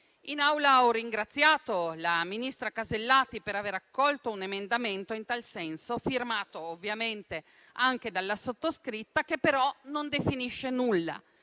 In Aula ho ringraziato la ministra Alberti Casellati per aver accolto un emendamento in tal senso, firmato ovviamente anche dalla sottoscritta, che però non definisce nulla.